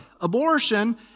abortion